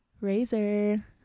Razor